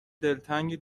دلتنگ